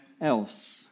else